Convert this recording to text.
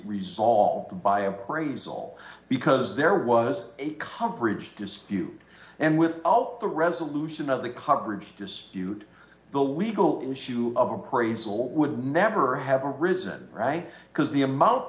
resolved by upgrades all because there was a coverage dispute and with all the resolution of the coverage dispute the legal issue of appraisal would never have arisen right because the amount